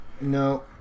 No